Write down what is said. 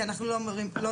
כי אנחנו לא לומדים.